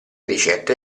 ricette